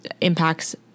impacts